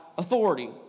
Authority